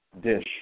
dish